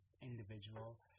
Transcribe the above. individual